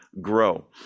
grow